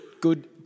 good